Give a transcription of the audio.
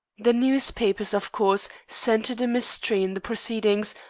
the newspapers, of course, scented a mystery in the proceedings,